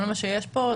כל מה שיש כאן,